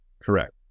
Correct